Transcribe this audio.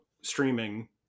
streaming